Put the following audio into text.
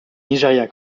nigeria